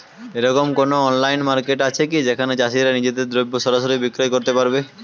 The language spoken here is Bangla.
এরকম কোনো অনলাইন মার্কেট আছে কি যেখানে চাষীরা নিজেদের দ্রব্য সরাসরি বিক্রয় করতে পারবে?